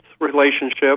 relationship